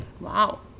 Wow